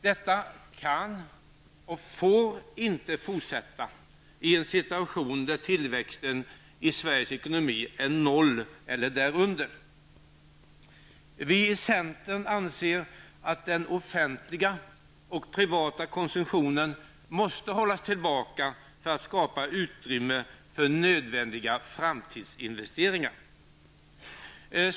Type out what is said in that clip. Detta kan och får inte fortsätta i en situation där tillväxten i Sveriges ekonomi är noll eller därunder. Vi i centern anser att den privata och offentliga konsumtionen måste hållas tillbaka för att skapa utrymme för nödvändiga framtidsinvesteringar.